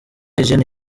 eugène